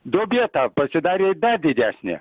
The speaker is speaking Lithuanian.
duobė ta pasidarė dar didesnė